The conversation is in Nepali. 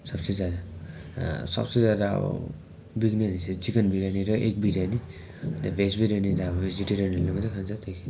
सबसे ज्यादा सबसे ज्यादा अब बिक्री हुने chicken biryani egg biryani veg biryani त अब भेजिटेरियनहरूले मात्रै खान्छ